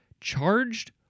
charged